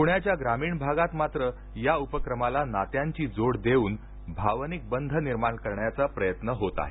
प्रण्याच्या ग्रामीण भागात मात्र या उपक्रमाला नात्यांची जोड देऊन भावनिक बंध निर्माण करण्याचा प्रयत्न होत आहे